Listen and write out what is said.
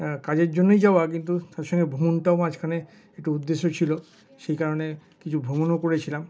কাজের জন্যই যাওয়া কিন্তু তার সঙ্গে ভ্রমণটাও মাঝখানে একটু উদ্দেশ্য ছিলো সেই কারণে কিছু ভ্রমণ ও করেছিলাম